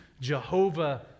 Jehovah